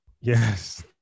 yes